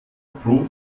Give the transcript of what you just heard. pro